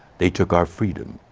they took our freedom,